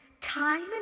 time